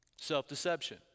self-deception